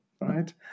right